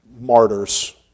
martyrs